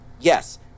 yes